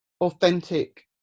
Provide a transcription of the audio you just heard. authentic